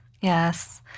Yes